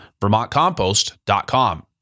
VermontCompost.com